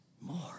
more